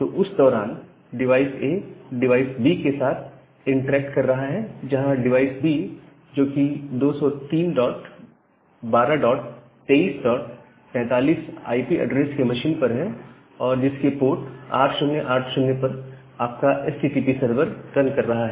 तो उस दौरान डिवाइस A डिवाइस B के साथ इंटरेक्ट कर रहा है जहां डिवाइस B जो कि 203122343 आईपी एड्रेस के मशीन पर है और जिसके पोर्ट 8080 पर आपका एचटीटीपी सर्वर रन कर रहा है